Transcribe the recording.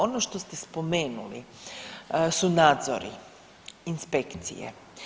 Ono što ste spomenuli su nadzori, inspekcije.